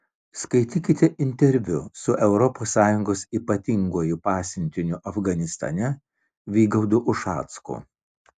skaitykite interviu su europos sąjungos ypatinguoju pasiuntiniu afganistane vygaudu ušacku